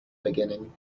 beginning